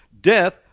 Death